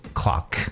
clock